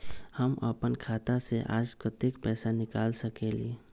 हम अपन खाता से आज कतेक पैसा निकाल सकेली?